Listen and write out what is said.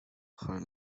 her